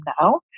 now